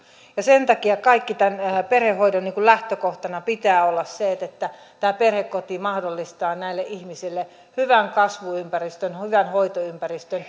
ja sen takia koko tämän perhehoidon lähtökohtana pitää olla se että tämä perhekoti mahdollistaa näille ihmisille hyvän kasvuympäristön hyvän hoitoympäristön